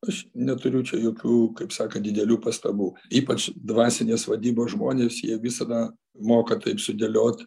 aš neturiu čia jokių kaip sakant didelių pastabų ypač dvasinės vadybos žmonės jie visada moka taip sudėliot